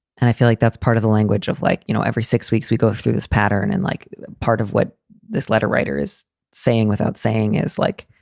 and i feel like that's part of the language of like, you know, every six weeks we go through this pattern. and like part of what this letter writer is saying without saying is like,